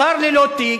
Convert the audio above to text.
שר ללא תיק,